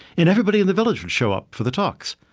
and everybody in the village would show up for the talks,